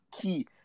key